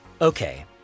Okay